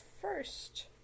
First